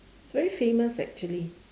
it's very famous actually